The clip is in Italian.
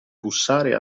bussare